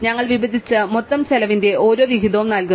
ഞങ്ങൾ വിഭജിച്ച് മൊത്തം ചെലവിന്റെ ഓരോ വിഹിതവും നൽകുന്നു